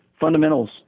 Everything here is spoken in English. Fundamentals